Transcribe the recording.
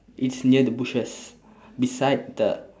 it's near the bushes beside the